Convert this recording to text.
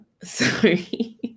Sorry